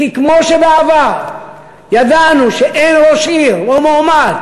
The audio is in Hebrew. כי כמו שבעבר ידענו שאין ראש עיר או מועמד